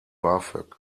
bafög